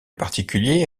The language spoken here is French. particulier